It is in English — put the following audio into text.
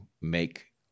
make